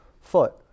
foot